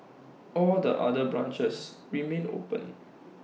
all the other branches remain open